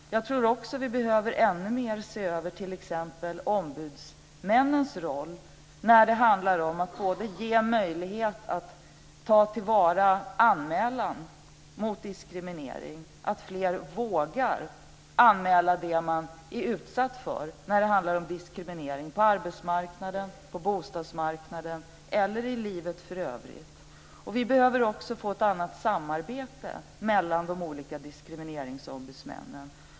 Jag tror också att vi ännu mer behöver se över t.ex. ombudsmännens roll när det handlar om att ge möjlighet att ta till vara en anmälan om diskriminering och att fler vågar anmäla det man är utsatt för när det gäller diskriminering på arbetsmarknaden, bostadsmarknaden eller i livet för övrigt. Vi behöver också få ett annat samarbete mellan de olika diskrimineringsombudsmännen.